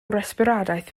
resbiradaeth